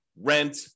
rent